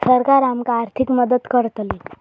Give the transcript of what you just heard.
सरकार आमका आर्थिक मदत करतली?